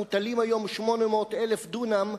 מוטלים היום 800,000 דונם,